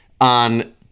on